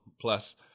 plus